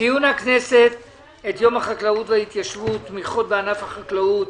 ציון הכנסת את יום החקלאות וההתיישבות תמיכות בענף החקלאות.